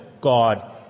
God